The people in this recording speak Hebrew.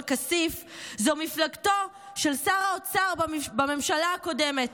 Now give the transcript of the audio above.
כסיף הוא מפלגתו של שר האוצר בממשלה הקודמת,